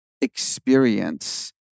experience